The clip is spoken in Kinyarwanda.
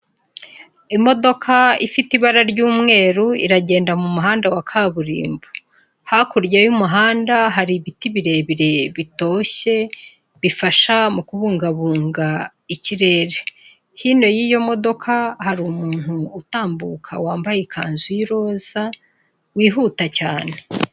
Imodoka ifite ibara ry'umweru iragenda mu muhanda wa kaburimbo,, hakurya y'umuhanda hari ibiti birebire bitoshye bifasha mu kubungabunga ikirere hino y'iyo modoka hari umuntu utambuka wambaye ikanzu y'iroza wihuta cyane.